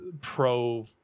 pro